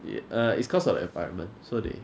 uh it's uh it's because of the environment so they